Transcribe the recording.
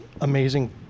amazing